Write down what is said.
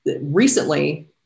recently